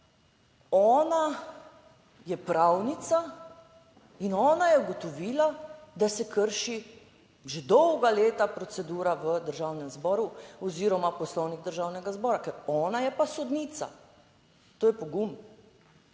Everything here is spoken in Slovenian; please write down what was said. ona je pravnica in ona je ugotovila, da se krši že dolga leta procedura v Državnem zboru oziroma Poslovnik Državnega zbora, ker ona je pa sodnica. To je pogum,